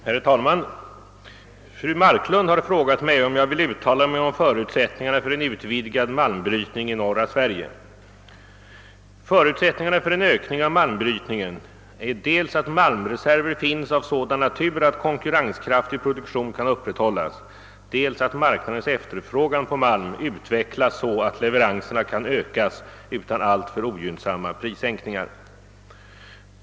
Herr talman! Fru Marklund har frågat mig, om jag vill uttala mig om förutsättningarna för en utvidgad malmbrytning i norra Sverige. Förutsättningarna för en ökning av malmbrytningen är dels att malmreserver finns av sådan natur att konkurrenskraftig produktion kan upprätthållas, dels att marknadens efterfrågan på malm utvecklas så att leveranserna kan ökas utan alltför ogynnsamma prissänkningar.